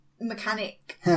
mechanic